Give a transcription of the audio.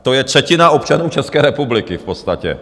To je třetina občanů České republiky v podstatě.